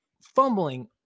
fumbling